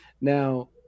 Now